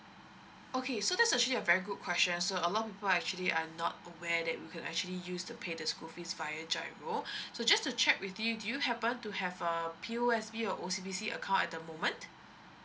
okay so there's actually a very good question so a lot of people are actually are not aware that we can actually use to pay the school fees via giro so just to check with you do you happen to have a P_O_S_B or O_C_B_C account at the moment